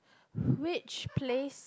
which place